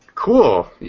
Cool